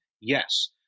yes